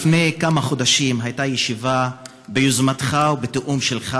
לפני כמה חודשים הייתה ישיבה ביוזמתך ובתיאום שלך,